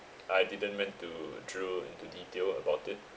I didn't went to drew into detail about it